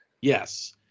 yes